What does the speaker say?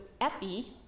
epi